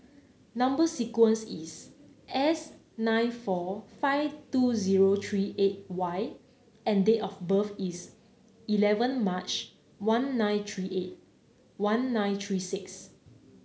number sequence is S nine four five two zero three eight Y and date of birth is eleven March one nine three eight one nine three six